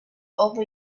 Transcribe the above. over